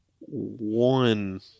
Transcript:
One